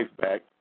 back